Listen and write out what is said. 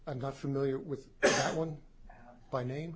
i'm not familiar with that one by name